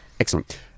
Excellent